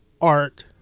art